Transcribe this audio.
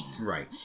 Right